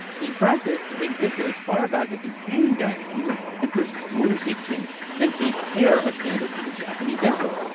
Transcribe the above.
the practice existed as far back as the tang dynasty when empress zetian sent a pair of pandas to the japanese emperor.